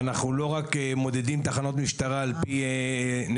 ואנחנו לא מודדים תחנות משטרה רק על פי נתונים